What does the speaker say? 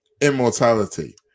immortality